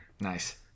Nice